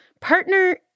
partner